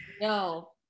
no